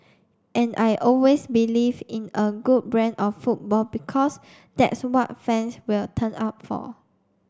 and I always believed in a good brand of football because that's what fans will turn up for